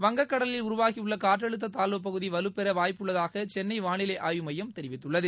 வங்கக்கடலில் உருவாகியுள்ள காற்றழுத்த தாழ்வுப்பகுதி வலுப்பெற வாய்ப்புள்ளதாக சென்னை வானிலை ஆய்வு மையம் தெரிவித்துள்ளது